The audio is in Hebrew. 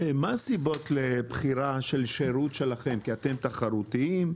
מה הסיבות לבחירה של שירות שלכם, כי אתם תחרותיים?